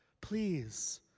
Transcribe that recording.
please